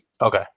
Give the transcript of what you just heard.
Okay